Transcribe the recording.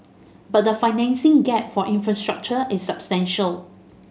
but the financing gap for infrastructure is substantial